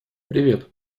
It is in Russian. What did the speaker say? привет